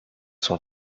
sont